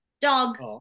dog